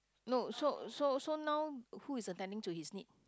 no so so so now who is attending to his need